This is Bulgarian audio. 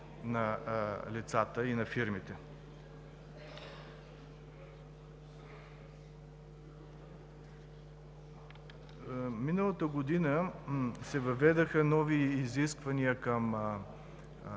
на лицата и на фирмите. Миналата година се въведоха нови изисквания към